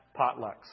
potlucks